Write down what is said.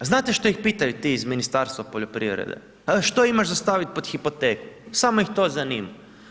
Znate što ih pitaju ti iz Ministarstva poljoprivrede, što imaš za stavit pod hipoteku, samo ih to zanima.